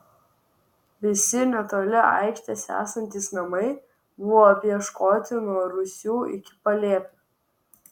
visi netoli aikštės esantys namai buvo apieškoti nuo rūsių iki palėpių